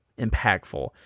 impactful